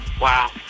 Wow